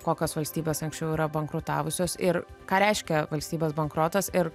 kokios valstybės anksčiau yra bankrutavusios ir ką reiškia valstybės bankrotas ir